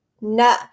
No